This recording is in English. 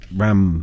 ram